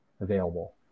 available